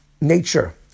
nature